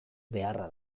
beharra